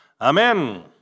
Amen